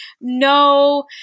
no